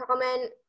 comment